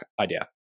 idea